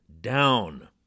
down